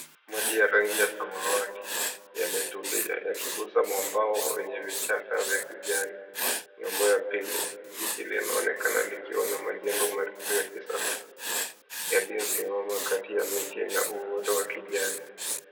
Maji ya rangi ya samawati yametulia yakiguza mambao yenye vichaka vya kijani. Nombo ya pili, jiji linaonekana likiwa na majengo ya kisasa yaliyosimama kati ya miti na uoto wa kijani.